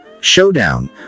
showdown